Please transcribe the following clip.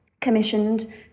commissioned